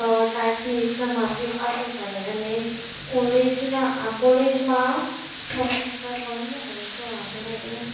તો ટાટની એક્ઝામ આપવી આપવી પડે અને કોલેજના આ કોલેજમાં પ્રોફેસર બનવું હોય તો આપણે